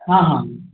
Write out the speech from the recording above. हँ हँ